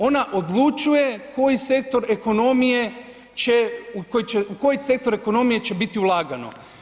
Ona odlučuje koji sektor ekonomije će, u kojoi sektor ekonomije će biti ulagano.